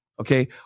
okay